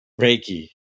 reiki